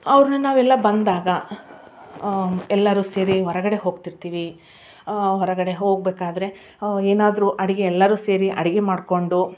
ಅವ್ರನ್ನ ನಾವೆಲ್ಲ ಬಂದಾಗ ಎಲ್ಲರೂ ಸೇರಿ ಹೊರಗಡೆ ಹೋಗ್ತಿರ್ತೀವಿ ಹೊರಗಡೆ ಹೋಗಬೇಕಾದ್ರೆ ಏನಾದರೂ ಅಡುಗೆ ಎಲ್ಲರೂ ಸೇರಿ ಅಡುಗೆ ಮಾಡಿಕೊಂಡು